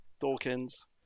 Dawkins